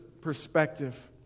perspective